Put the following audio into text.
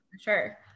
sure